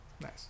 Nice